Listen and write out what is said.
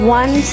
one